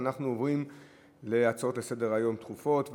ועוברים להצעות דחופות לסדר-היום.